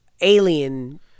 alien